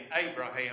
Abraham